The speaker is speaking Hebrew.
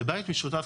בבית משותף,